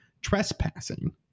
trespassing